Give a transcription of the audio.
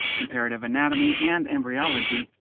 comparative anatomy, and embryology,